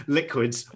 liquids